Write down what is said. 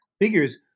figures